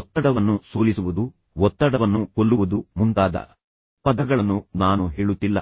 ಒತ್ತಡವನ್ನು ಸೋಲಿಸುವುದು ಒತ್ತಡವನ್ನು ಕೊಲ್ಲುವುದು ಮುಂತಾದ ಪದಗಳನ್ನು ನಾನು ಹೇಳುತ್ತಿಲ್ಲ